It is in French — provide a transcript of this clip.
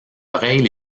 oreilles